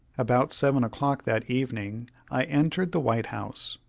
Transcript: about seven o'clock that evening i entered the white house.